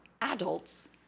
adults